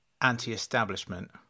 anti-establishment